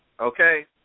okay